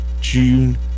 June